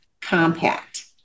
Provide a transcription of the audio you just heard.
compact